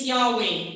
Yahweh